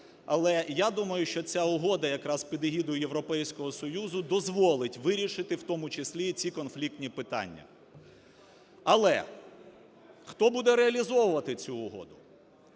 Але, я думаю, що ця угода якраз під егідою Європейського Союзу дозволить вирішити у тому числі ці конфліктні питання. Але хто буде реалізовувати цю угоду?